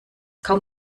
kaum